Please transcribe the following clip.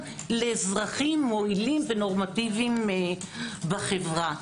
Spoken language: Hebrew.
לאזרחים מועילים ונורמטיביים בחברה.